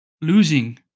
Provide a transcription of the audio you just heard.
losing